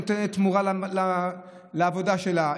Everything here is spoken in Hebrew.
נותנת תמורה בעבודה שלה,